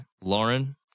Lauren